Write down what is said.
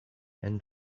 and